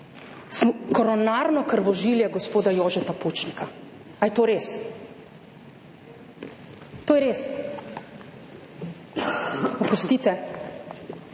– koronarno krvožilje gospoda Jožeta Pučnika? Ali je to res? To je res? Oprostite,